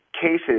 cases